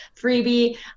freebie